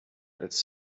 als